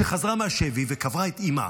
שחזרה מהשבי וקברה את אימה,